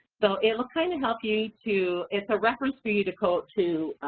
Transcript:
so it'll kinda help you to, it's a reference for you to go to,